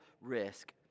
risk